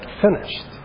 finished